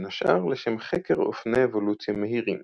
בין השאר לשם חקר אופני אבולוציה מהירים.